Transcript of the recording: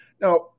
Now